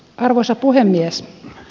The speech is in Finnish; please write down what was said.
arvoisa puhemies